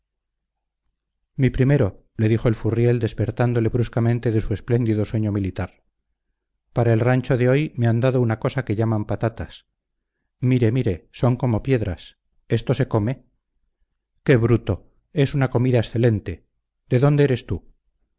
mi primero le dijo el furriel despertándole bruscamente de su espléndido sueño militar para el rancho de hoy me han dado una cosa que llaman patatas mire mire son como piedras esto se come qué bruto es una comida excelente de dónde eres tú